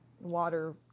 water